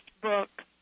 book